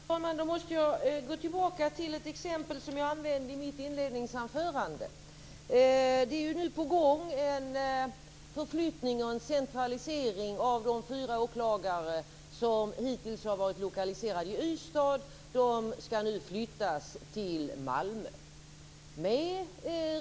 Fru talman! Då måste jag gå tillbaka till ett exempel som jag använde i mitt inledningsanförande. Det är nu på gång en förflyttning och centralisering av de fyra åklagare som hittills har varit lokaliserade i Ystad. De ska nu flyttas till Malmö.